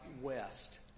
West